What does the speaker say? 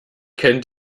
kennt